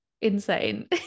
insane